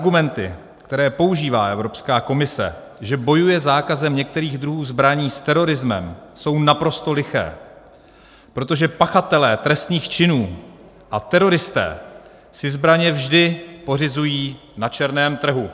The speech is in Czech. Argumenty, které používá Evropská komise, že bojuje zákazem některých druhů zbraní s terorismem, jsou naprosto liché, protože pachatelé trestných činů a teroristé si zbraně vždy pořizují na černém trhu.